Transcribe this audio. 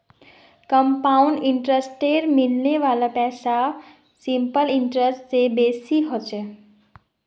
compound इंटरेस्टत मिलने वाला पैसा सिंपल इंटरेस्ट स बेसी ह छेक